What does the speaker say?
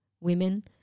women